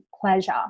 pleasure